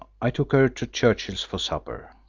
i took her to churchill's for supper.